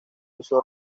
usó